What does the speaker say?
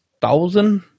thousand